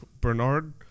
Bernard